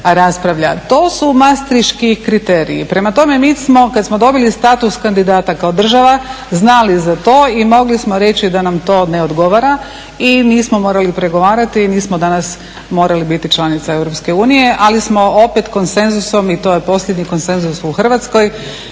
To su mastriški kriteriji, prema tome mi smo kada smo dobili status kandidata kao država znali za to i mogli smo reći da nam to ne odgovara i nismo morali pregovarati mi smo danas morali biti članica EU, ali smo opet konsenzusom i to je posljednji konsenzus u Hrvatskoj